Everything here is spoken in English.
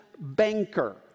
banker